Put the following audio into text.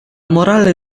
morale